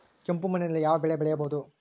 ಕೆಂಪು ಮಣ್ಣಿನಲ್ಲಿ ಯಾವ ಬೆಳೆ ಬೆಳೆಯಬಹುದು?